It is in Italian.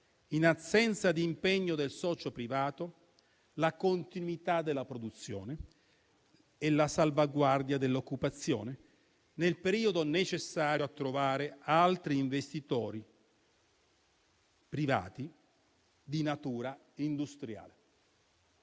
in assenza di impegno del socio privato, la continuità della produzione e la salvaguardia dell'occupazione, nel periodo necessario a trovare altri investitori privati di natura industriale.